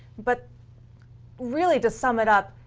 but really, to sum it up,